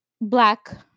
black